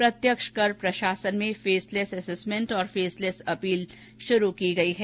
प्रत्यक्ष कर प्रशासन में फेसलेस असेसमेंट और फेसलेस अपील शुरू की गई है